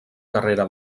carrera